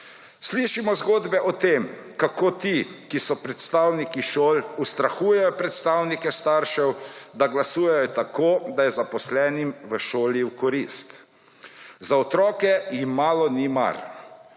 Slišimo zgodbe o tem, kako ti, ki so predstavniki šol, ustrahujejo predstavnike staršev, da glasujejo tako, da je zaposlenim v šoli v korist. Za otroke jim malo ni mar.